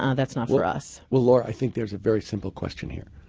ah that's not for us. well, laura, i think there's a very simple question here.